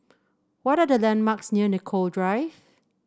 what are the landmarks near Nicoll Drive